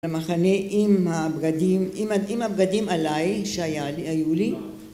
למחנה עם הבגדים, עם הבגדים עליי שהיו לי